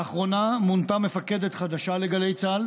לאחרונה מונתה מפקדת חדשה לגלי צה"ל,